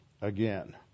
again